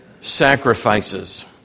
sacrifices